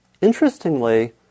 Interestingly